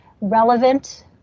relevant